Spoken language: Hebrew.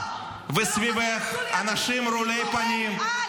ולדימיר בליאק, סליחה.